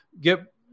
get